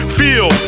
feel